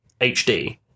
HD